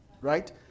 Right